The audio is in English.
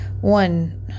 One